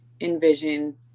envision